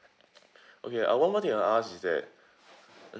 okay ah one more thing I want to ask is that